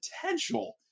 potential